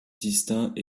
distinct